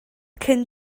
cyn